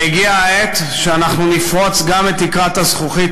והגיעה העת שאנחנו נפרוץ גם את תקרת הזכוכית